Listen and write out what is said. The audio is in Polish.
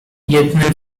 jednem